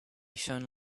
shone